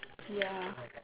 ya